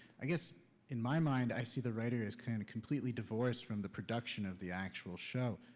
i guess in my mind i see the writer as kind of completely divorced from the production of the actual show.